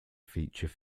feature